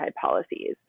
policies